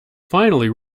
finally